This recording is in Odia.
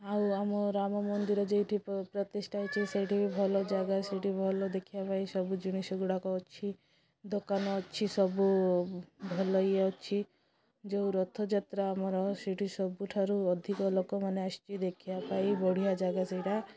ଆଉ ଆମ ରାମ ମନ୍ଦିର ଯେଉଁଠି ପ୍ରତିଷ୍ଠା ହେଇଛିି ସେଇଠି ବି ଭଲ ଜାଗା ସେଇଠି ଭଲ ଦେଖିିବା ପାଇଁ ସବୁ ଜିନିଷ ଗୁଡ଼ାକ ଅଛି ଦୋକାନ ଅଛି ସବୁ ଭଲ ଇଏ ଅଛି ଯେଉଁ ରଥଯାତ୍ରା ଆମର ସେଇଠି ସବୁଠାରୁ ଅଧିକ ଲୋକମାନେ ଆସିଛି ଦେଖିିବା ପାଇଁ ବଢ଼ିଆ ଜାଗା ସେଇଟା